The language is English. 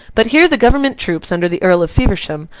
but, here the government troops, under the earl of feversham,